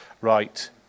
right